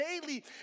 daily